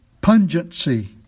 pungency